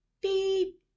beep